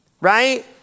right